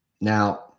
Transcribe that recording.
Now